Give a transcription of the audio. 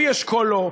לוי אשכול לא,